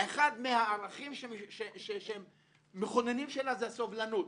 אחד מהערכים המכוננים שלה הוא הסובלנות,